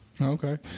Okay